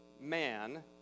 man